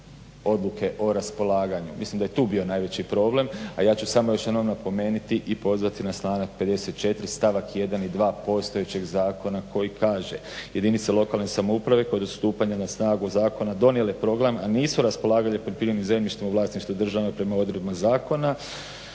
odluke o raspolaganju. Mislim da je tu bio najveći problem a ja ću samo još jednom napomenuti i pozvati na članak 54. stavak 1. i 2. postojećeg zakona koji kaže: "Jedinice lokalne samouprave kod stupanja na snagu zakona donijele program a nisu raspolagale poljoprivrednim zemljištem u vlasništvu države prema odredbama zakona,